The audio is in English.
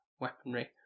weaponry